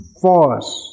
force